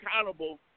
accountable